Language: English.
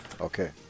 Okay